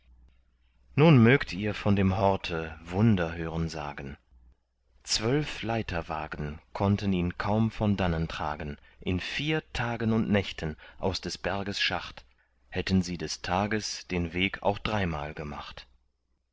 nun mögt ihr von dem horte wunder hören sagen zwölf leiterwagen konnten ihn kaum von dannen tragen in vier tag und nächten aus des berges schacht hätten sie des tages den weg auch dreimal gemacht